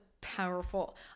powerful